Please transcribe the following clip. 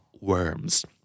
worms